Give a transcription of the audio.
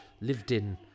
lived-in